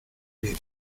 vivir